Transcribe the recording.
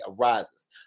arises